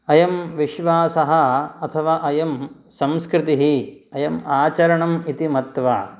अयं विश्वासः अथवा अयं संस्कृतिः अयम् आचरणम् इति मत्वा